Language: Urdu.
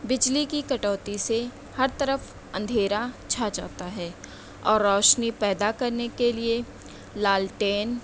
بجلی کی کٹوتی سے ہر طرف اندھیرا چھا جاتا ہے اور روشنی پیدا کرنے کے لیے لالٹین